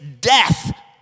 death